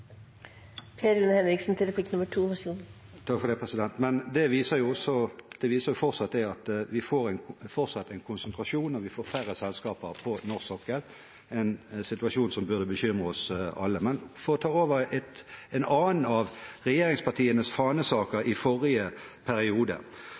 Men det viser at vi fortsatt får en konsentrasjon, og vi får færre selskaper på norsk sokkel, en situasjon som burde bekymre oss alle. For å ta en annen av regjeringspartienes fanesaker